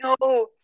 No